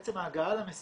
עצם ההגעה למסיבה,